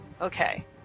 Okay